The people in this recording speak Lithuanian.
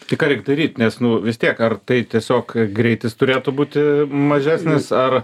tai ką reik daryt nes nu vis tiek ar tai tiesiog greitis turėtų būti mažesnis ar